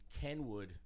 Kenwood